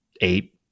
eight